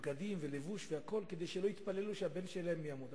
בגדים ולבוש והכול לאנשים שישבו שם כדי שלא יתפללו שהבן שלהן ימות.